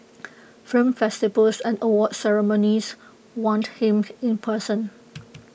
film festivals and awards ceremonies want him in person